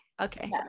Okay